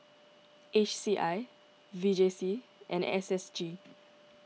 H C I V J C and S S G